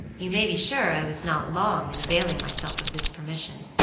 you may be sure i was not long in availing myself of this permission.